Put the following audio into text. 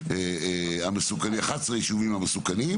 אחד-עשר היישובים המסוכנים,